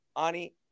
Ani